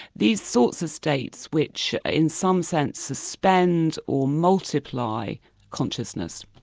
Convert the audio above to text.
these sorts of states which in some sense suspend or multiply consciousness.